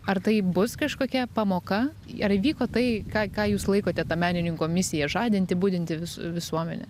ar tai bus kažkokia pamoka ar įvyko tai ką ką jūs laikote ta menininko misija žadinti budinti vis visuomenę